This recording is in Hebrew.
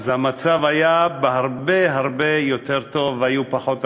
אז המצב היה הרבה הרבה יותר טוב והיו פחות עניים.